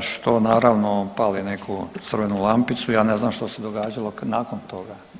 što naravno pali neku crvenu lampicu, ja ne znam što se događalo nakon toga.